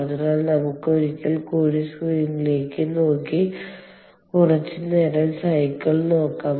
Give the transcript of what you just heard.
അതിനാൽ നമുക്ക് ഒരിക്കൽ കൂടി സ്ക്രീനിലേക്ക് നോക്കി കുറച്ച് നേരം സൈക്കിൾ നോക്കാം